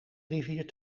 rivier